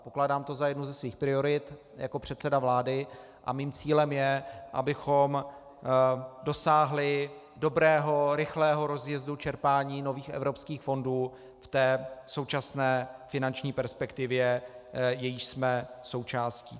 Pokládám to za jednu ze svých priorit jako předseda vlády a mým cílem je, abychom dosáhli dobrého, rychlého rozjezdu čerpání nových evropských fondů v té současné finanční perspektivě, jejíž jsme součástí.